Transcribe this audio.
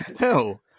No